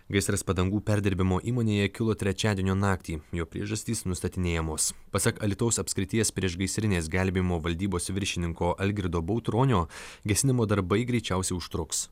gaisras padangų perdirbimo įmonėje kilo trečiadienio naktį jo priežastys nustatinėjamos pasak alytaus apskrities priešgaisrinės gelbėjimo valdybos viršininko algirdo bautronio gesinimo darbai greičiausiai užtruks